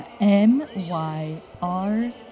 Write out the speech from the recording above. M-Y-R